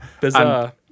bizarre